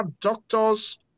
doctors